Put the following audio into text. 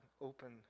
open